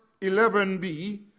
11b